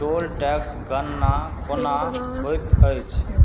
टोल tax गणना कोना होइत अछि